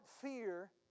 fear